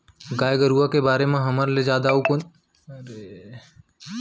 गाय गरूवा के बारे म हमर ले जादा अउ कोन जानही